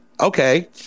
okay